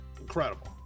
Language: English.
incredible